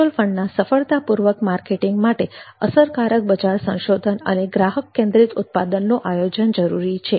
mutual ફંડના સફળતાપૂર્વક marketing માટે અસરકારક બજાર સંશોધન અને ગ્રાહક કેન્દ્રિત ઉત્પાદનનું આયોજન જરૂરી છે